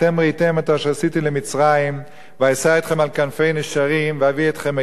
את אשר עשיתי למצרים ואשא אתכם על כנפי נשרים ואבִא אתכם אלי.